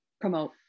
promote